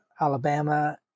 Alabama